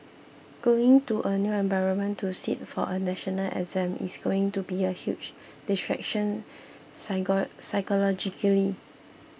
going to a new environment to sit for a national exam is going to be a huge distraction psycho psychologically